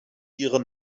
ihre